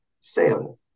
sale